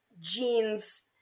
jeans